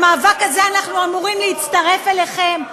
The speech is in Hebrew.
למאבק הזה אנחנו אמורים להצטרף אליכם?